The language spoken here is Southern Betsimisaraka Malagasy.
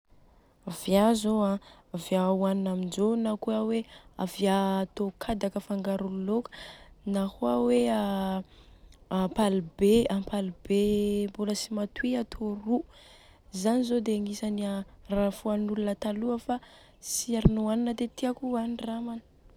Via zô an, via ohanina amzô na kôa hoe via atô kadaka afangaro lôka, na kôa hoe a ampalibe, ampalibe mbôla tsy matoy atô ro, zany zô dia agnisany a foanin'olona taloha fa tsy ary niohanina dia tiako andramana.